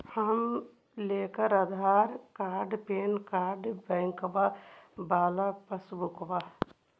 हम लेकर Aadhaar card PAN card बैंकवा वाला पासबुक?